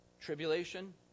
tribulation